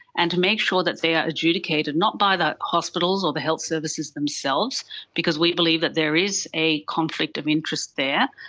and to make sure that they are adjudicated not by the hospitals or the health services themselves because we believe that there is a conflict of interest there,